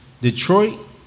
Detroit